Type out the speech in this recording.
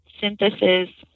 synthesis